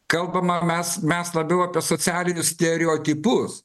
kalbama mes mes labiau apie socialinius stereotipus